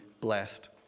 blessed